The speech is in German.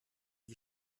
die